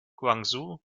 guangzhou